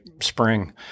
spring